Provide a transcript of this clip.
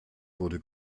wurde